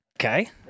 Okay